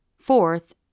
Fourth